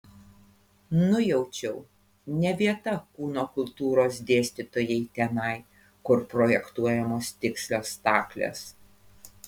nujaučiau ne vieta kūno kultūros dėstytojai tenai kur projektuojamos tikslios staklės